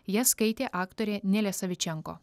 jas skaitė aktorė nelė savičenko